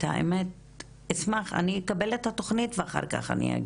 אני אקבל את התוכנית ואחר כך אני אגיב.